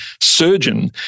surgeon